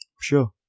Sure